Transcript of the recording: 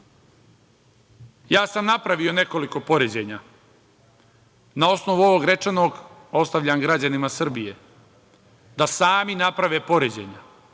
sam napravio nekoliko poređenja. Na osnovu ovog rečenog, ostavljam građanima Srbije da sami naprave poređenja